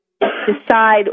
decide